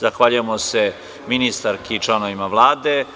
Zahvaljujem se ministarki i članovima Vlade.